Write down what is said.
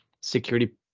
security